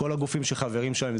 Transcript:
כל הגופים שחברים שם,